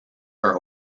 are